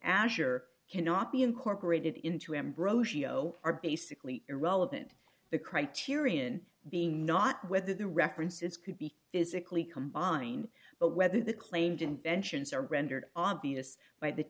azure cannot be incorporated into ambrosio are basically irrelevant the criterion being not whether the references could be physically combined but whether the claimed inventions are rendered obvious by the